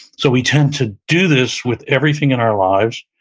so we tend to do this with everything in our lives.